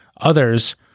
others